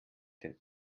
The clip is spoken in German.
dem